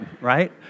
right